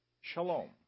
Shalom